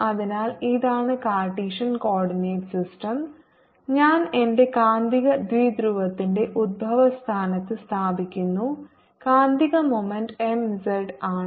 അതിനാൽ ഇതാണ് Cartesian coordinate system ഞാൻ എന്റെ കാന്തിക ദ്വിധ്രുവത്തിന്റെ ഉത്ഭവസ്ഥാനത്ത് സ്ഥാപിക്കുന്നു കാന്തിക മൊമെൻറ് m z ആണ്